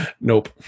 Nope